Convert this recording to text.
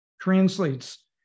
translates